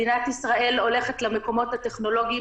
מדינת ישראל הולכת למקומות הטכנולוגיים,